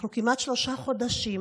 אנחנו כמעט שלושה חודשים,